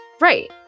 Right